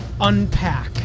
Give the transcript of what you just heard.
unpack